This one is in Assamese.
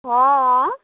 অ অ